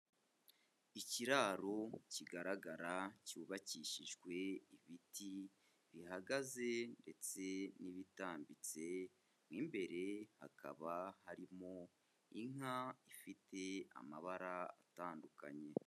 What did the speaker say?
Ikiraro kigaragara cyubakishijwe ibiti bihagaze ndetse n'ibitambitse, mo imbere hakaba harimo inka ifite amabara atandukanye.